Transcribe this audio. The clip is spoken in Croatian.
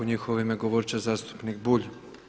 U njihovo ime govorit će zastupnik Bulj.